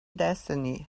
destiny